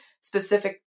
specific